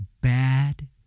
bad